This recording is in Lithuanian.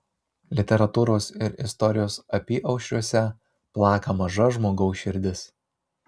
literatūros ir istorijos apyaušriuose plaka maža žmogaus širdis